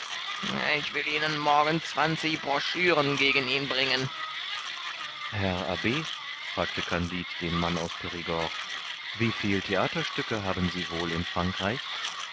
ich will ihnen morgen zwanzig broschüren gegen ihn bringen herr abb fragte kandid den mann aus perigord wie viel theaterstücke haben sie wohl in frankreich